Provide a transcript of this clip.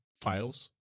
files